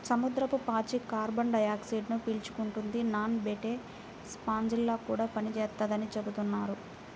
సముద్రపు పాచి కార్బన్ డయాక్సైడ్ను పీల్చుకుంటది, నానబెట్టే స్పాంజిలా కూడా పనిచేత్తదని చెబుతున్నారు